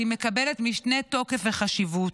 היא מקבלת משנה תוקף וחשיבות.